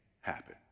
happen